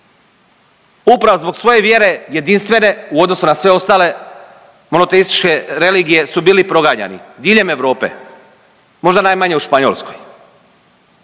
Upravo zbog svoje vjere jedinstvene u odnosu na sve ostale monoteističke religije su bili proganjani, diljem Europe, možda najmanje u Španjolskoj.